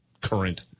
current